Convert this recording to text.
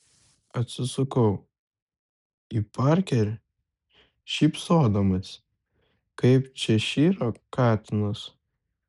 atsisukau į parkerį šypsodamasi kaip češyro katinas